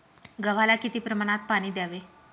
गव्हाला किती प्रमाणात पाणी द्यावे?